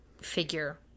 figure